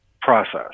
process